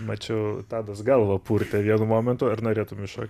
mačiau tadas galvą purtė vienu momentu ar norėtum įšokt